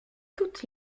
toutes